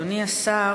אדוני השר,